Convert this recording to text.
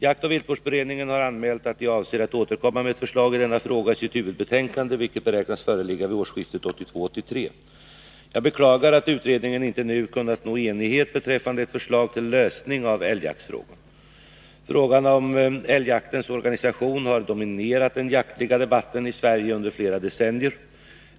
Jaktoch viltvårdsberedningen har anmält att den avser att återkomma med ett förslag i denna fråga i sitt huvudbetänkande, vilket beräknas föreligga vid årsskiftet 1982-1983. Jag beklagar att beredningen inte nu kunnat nå enighet beträffande ett förslag till lösning av älgjaktsfrågan. Frågan om älgjaktens organisation har dominerat den jaktliga debatten i Sverige under flera decennier.